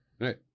right